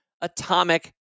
atomic